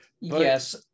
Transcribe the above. Yes